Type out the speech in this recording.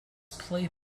played